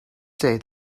day